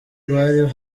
bari